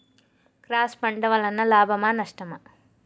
Cross పంట వలన లాభమా నష్టమా?